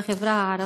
מהחברה הערבית,